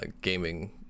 gaming